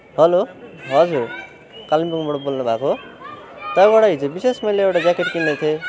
हलो हजुर कालिम्पोङबाट बोल्नुभएको हो तपाईँकोबाट हिजो विशेष मैले एउटा ज्याकेट किनेको थिएँ